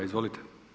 Izvolite.